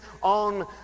on